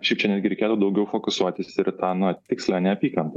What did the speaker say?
šičia netgi reikėtų daugiau fokusuotis ir į tą na tikslią neapykantą